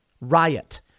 Riot